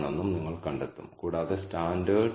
മുകളിലെ ക്രിട്ടിക്കൽ അല്ലെങ്കിൽ പ്രോബബിലിറ്റികൾ 0